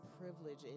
privilege